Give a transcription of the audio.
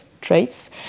traits